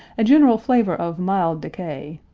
a general flavor of mild decay,